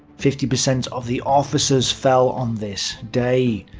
fifty percent of the officers fell on this day.